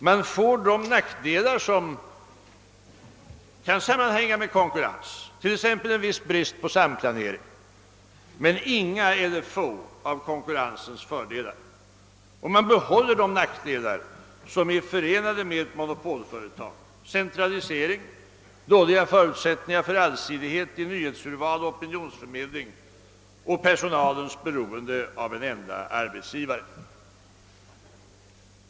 Man får de nackdelar som kan sammanhänga med konkurrens, t.ex. en viss brist på samplanering, men inga eller få av konkurrensens fördelar. Man behåller de nackdelar som är förenade med ett monopolföretag: = centralisering, «dåliga förutsättningar för allsidighet i nyhetsurval och opinionsförmedling och personalens beroende av en enda arbetsgivare.